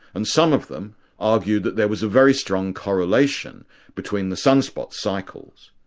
and some of them argued that there was a very strong correlation between the sunspot cycles,